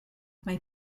mae